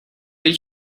did